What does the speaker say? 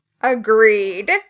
Agreed